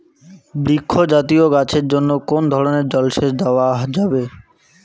বৃক্ষ জাতীয় গাছের জন্য কোন ধরণের জল সেচ দেওয়া যাবে?